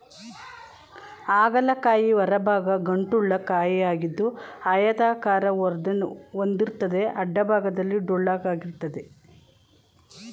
ಹಾಗಲ ಕಾಯಿ ಹೊರಭಾಗ ಗಂಟುಳ್ಳ ಕಾಯಿಯಾಗಿದ್ದು ಆಯತಾಕಾರ ಹೊಂದಿರ್ತದೆ ಅಡ್ಡಭಾಗದಲ್ಲಿ ಟೊಳ್ಳಾಗಿರ್ತದೆ